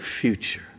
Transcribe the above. Future